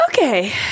okay